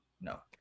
No